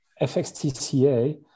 FXTCA